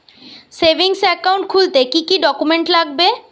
Savings account খুলতে কি কি ডকুমেন্টস লাগবে?